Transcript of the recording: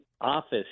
office